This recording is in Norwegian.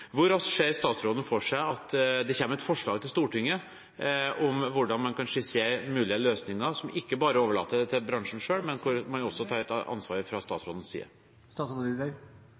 Hvor raskt ser statsråden for seg at det kommer et forslag til Stortinget om hvordan man kan skissere mulige løsninger som ikke bare overlater det til bransjen selv, men hvor man også fra statsrådens side bør ta ansvar?